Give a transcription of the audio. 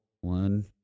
one